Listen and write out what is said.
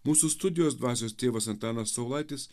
mūsų studijos dvasios tėvas antanas saulaitis